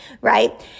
Right